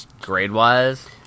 Grade-wise